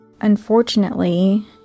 Unfortunately